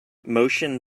motion